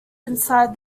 inside